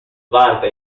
vanta